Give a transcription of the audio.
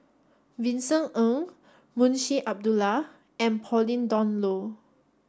Vincent Ng Munshi Abdullah and Pauline Dawn Loh